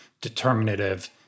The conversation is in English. determinative